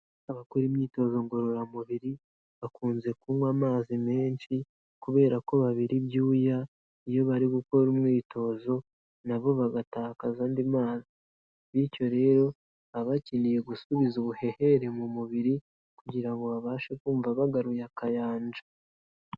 Abakora imyitozo ngororamubiri, bakunze kunywa amazi menshi kubera ko babira ibyuya, iyo bari gukora umwitozo na bo bagatakaza andi mazi bityo rero aba bakeneye gusubiza ubuhehere mu mubiri kugira ngo babashe kumva bagaruye akayanja.